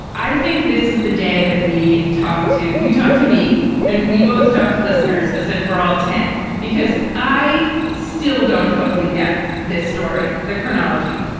i think this is the day that we talk to you talk to me and we both talk to listeners as if we're all ten because i still don't totally get this story the chronology.